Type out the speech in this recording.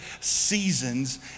Seasons